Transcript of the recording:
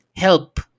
Help